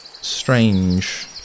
strange